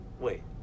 wait